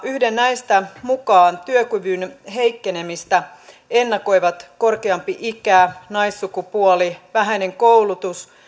yhden näistä mukaan työkyvyn heikkenemistä ennakoivat korkeampi ikä naissukupuoli vähäinen koulutus